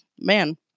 Man